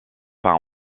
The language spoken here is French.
peint